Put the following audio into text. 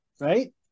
right